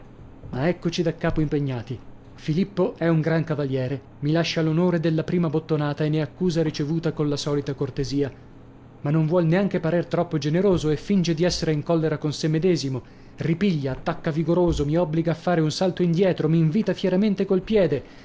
ma eccoci da capo impegnati filippo è un gran cavaliere mi lascia l'onore della prima bottonata e ne accusa ricevuta colla solita cortesia ma non vuol neanche parer troppo generoso e finge di essere in collera con sè medesimo ripiglia attacca vigoroso mi obbliga a fare un salto indietro m'invita fieramente col piede